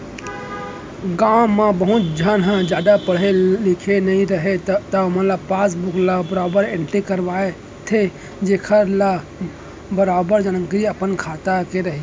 गॉंव म बहुत झन जादा पढ़े लिखे नइ रहयँ त ओमन पासबुक ल बरोबर एंटरी करवाथें जेखर ले बरोबर जानकारी अपन खाता के राहय